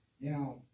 Now